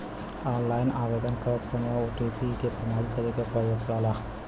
online आवेदन करत समय ओ.टी.पी से प्रमाणित करे क जरुरत पड़ला